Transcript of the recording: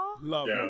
love